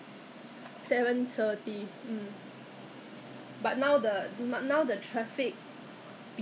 err yeah I mean at maybe also because we leave house later because they they have staggered reporting time so